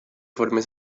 forme